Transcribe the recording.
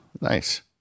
nice